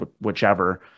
whichever